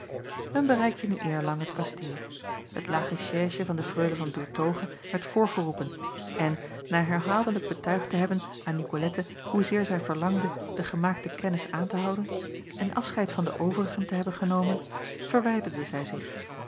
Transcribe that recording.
men bereikte nu eerlang het kasteel het lage chaisje van de freule van doertoghe werd voorgeroepen en na herhaaldelijk betuigd te hebben aan nicolette hoezeer zij verlangde de gemaakte kennis aan te houden en afscheid van de overigen te hebben genomen verwijderde zij zich